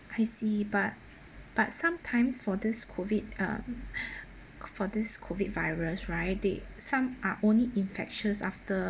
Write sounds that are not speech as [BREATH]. I see but but sometimes for this COVID um [BREATH] for this COVID virus right they some are only infectious after